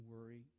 worry